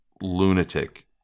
lunatic